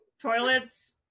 Toilets